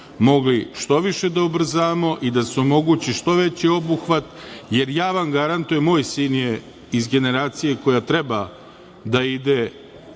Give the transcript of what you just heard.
mogli što više da ubrzamo i da se omogući što veći obuhvat, jer ja vam garantujem, moj sin je iz generacije koja treba da ide